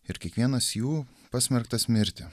ir kiekvienas jų pasmerktas mirti